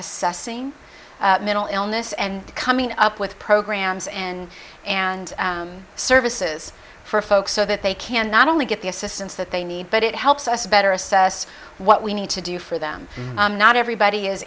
assessing mental illness and coming up with programs and and services for folks so that they can not only get the assistance that they need but it helps us better assess what we need to do for them i'm not everybody is